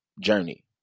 journey